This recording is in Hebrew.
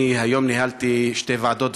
היום ניהלתי שתי ועדות,